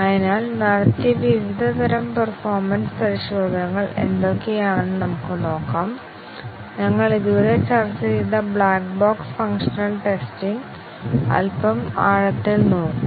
അതിനാൽ നടത്തിയ വിവിധതരം പേർഫോമെൻസ് പരിശോധനകൾ എന്തൊക്കെയാണെന്ന് നമുക്ക് നോക്കാം ഞങ്ങൾ ഇതുവരെ ചർച്ച ചെയ്ത ബ്ലാക്ക് ബോക്സ് ഫംഗ്ഷണൽ ടെസ്റ്റിംഗ് അൽപ്പം ആഴത്തിൽ നോക്കും